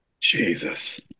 Jesus